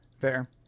Fair